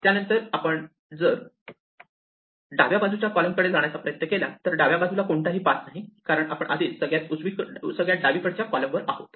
त्यानंतर आपण जर डाव्या बाजूच्या कॉलम कडे जाण्याचा प्रयत्न केला तर डाव्या बाजूला कोणताही पाथ नाही कारण आपण आधीच सगळ्यात डावीकडच्या कॉलम वर आहोत